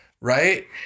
right